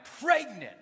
pregnant